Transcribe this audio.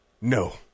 No